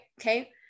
okay